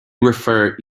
refer